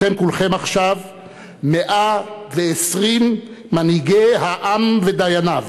אתם כולכם עכשיו 120 מנהיגי העם ודייניו.